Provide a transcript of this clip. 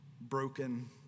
broken